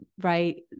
right